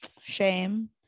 Shame